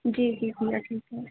जी जी जी